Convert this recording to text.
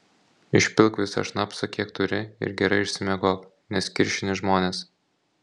išpilk visą šnapsą kiek turi ir gerai išsimiegok nes kiršini žmones